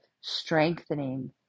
strengthening